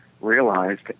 realized